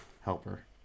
helper